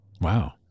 Wow